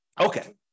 Okay